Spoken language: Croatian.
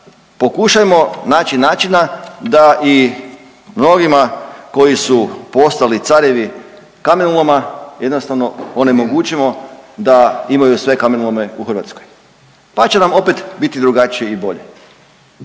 pokušajmo naći načina da i mnogima koji su postali carevi kamenoloma jednostavno onemogućimo da imaju sve kamenolome u Hrvatskoj pa će nam opet biti drugačije i bolje.